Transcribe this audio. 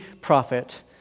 prophet